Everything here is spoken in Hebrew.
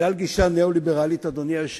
בגלל גישה ניאו-ליברלית, אדוני היושב-ראש,